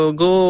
go